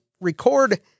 record